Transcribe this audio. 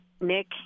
Nick